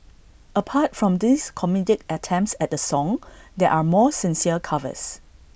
apart from these comedic attempts at the song there are more sincere covers